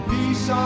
Peace